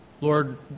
Lord